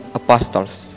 apostles